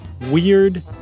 weird